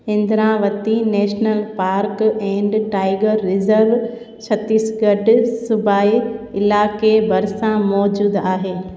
Indravati national park and tiger reserve Chhattisgarh सूबाई इलाइक़े भरिसां मौज़ूदु आहे